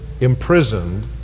imprisoned